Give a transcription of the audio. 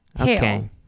Okay